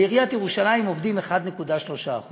בעיריית ירושלים עובדים 1.3%